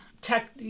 tech